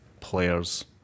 players